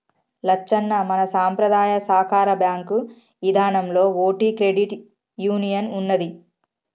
లచ్చన్న మన సంపద్రాయ సాకార బాంకు ఇదానంలో ఓటి క్రెడిట్ యూనియన్ ఉన్నదీ